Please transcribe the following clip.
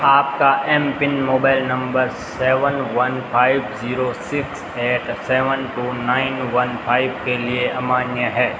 आपका M PIN mobile number seven one five zero six eight seven two nine one five के लिए अमान्य है